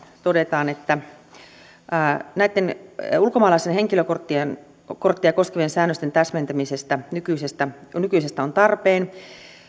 todetaan että ulkomaalaisen henkilökorttia koskevien säännösten täsmentäminen nykyisestä on tarpeen